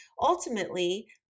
Ultimately